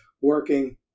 working